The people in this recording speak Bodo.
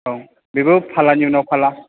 औ बेबो फालानि उनाव फाला